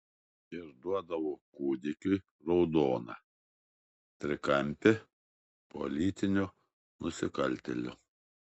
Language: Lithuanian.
ir duodavo kūdikiui raudoną trikampį politinio nusikaltėlio